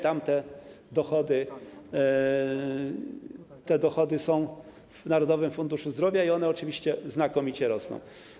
Tam te dochody są w Narodowym Funduszu Zdrowia i one oczywiście znakomicie rosną.